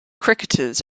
cricketers